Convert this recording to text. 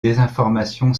désinformation